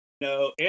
No